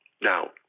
Now